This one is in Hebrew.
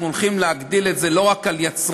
אנחנו הולכים להחיל את זה לא רק על יצרן,